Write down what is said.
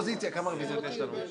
חברי האופוזיציה, כמה רביזיות יש לנו?